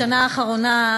בשנה האחרונה,